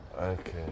Okay